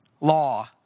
law